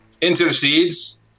intercedes